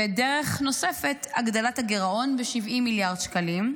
ודרך נוספת, הגדלת הגירעון ב-70 מיליארד שקלים,